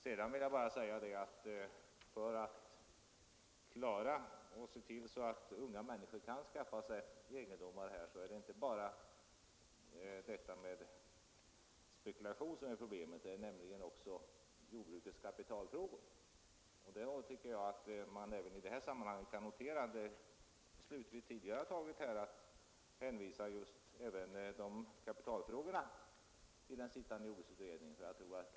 Men när det gäller att se till att unga människor kan skaffa sig egendomar är det inte bara detta med spekulation som är problemet. Även jordbrukets kapitalfrågor kommer nämligen in i bilden, och jag tycker att man i detta sammanhang kan notera det beslut som vi tidigare fattat, att hänvisa även kapitalfrågorna till den sittande jordbruksutredningen.